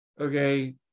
okay